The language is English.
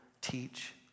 teach